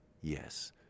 Yes